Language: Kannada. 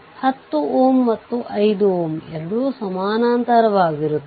ಆದ್ದರಿಂದ ಈ 2 Ω ಮತ್ತು 6 Ω ಸಮಾನಾಂತರವಾಗಿರುತ್ತವೆ